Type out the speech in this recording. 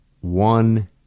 one